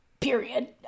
period